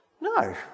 No